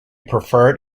preferred